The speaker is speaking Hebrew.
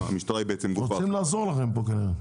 המשטרה היא בעצם גוף האכיפה --- רוצים לעזור לכם פה כנראה.